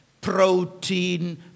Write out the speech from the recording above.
Protein